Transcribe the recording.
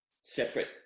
separate